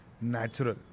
natural